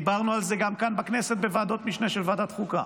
ודיברנו על זה גם כאן בכנסת בוועדות משנה של ועדת חוקה: